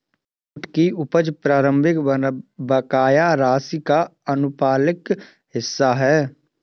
छूट की उपज प्रारंभिक बकाया राशि का आनुपातिक हिस्सा है